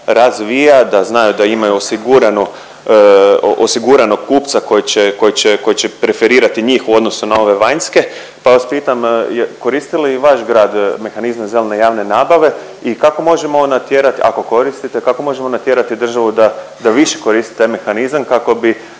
da znaju da imaju osiguranog kupca koji će preferirati njih u odnosu na ove vanjske, pa vas pitam, koristi li vaš grad mehanizme zelene javne nabave i kako možemo natjerati, ako koristite, kako